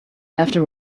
after